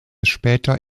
später